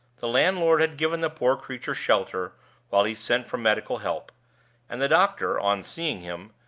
the landlord had given the poor creature shelter while he sent for medical help and the doctor, on seeing him,